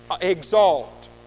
exalt